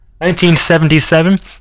1977